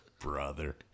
Brother